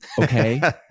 Okay